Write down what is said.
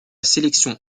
sélection